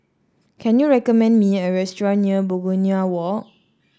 can you recommend me a restaurant near Begonia Walk